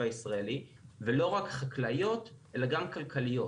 הישראלי ולא רק חקלאיות אלא גם כלכליות,